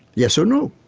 yes or no?